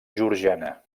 georgiana